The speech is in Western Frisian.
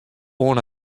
oan